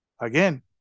Again